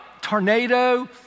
tornado